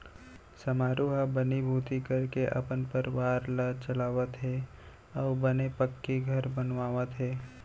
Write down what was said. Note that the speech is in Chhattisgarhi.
समारू ह बनीभूती करके अपन परवार ल चलावत हे अउ बने पक्की घर बनवावत हे